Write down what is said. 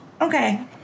okay